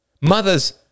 Mothers